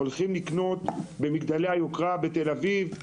הולכים לקנות דירות במגדלי היוקרה בתל אביב,